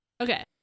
Okay